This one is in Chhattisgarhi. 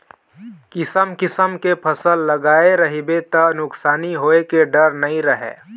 किसम किसम के फसल लगाए रहिबे त नुकसानी होए के डर नइ रहय